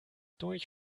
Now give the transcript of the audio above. durch